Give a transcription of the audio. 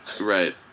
Right